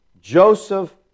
Joseph